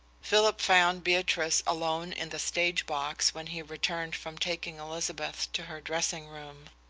philip found beatrice alone in the stage box when he returned from taking elizabeth to her dressing-room.